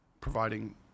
providing